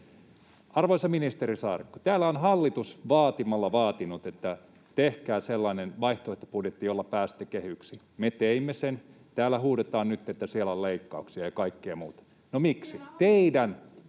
Arvoisa ministeri Saarikko, täällä on hallitus vaatimalla vaatinut, että tehkää sellainen vaihtoehtobudjetti, jolla pääsette kehyksiin. Me teimme sen. Täällä huudetaan nyt, että siellä on leikkauksia ja kaikkea muuta. [Anneli Kiljunen: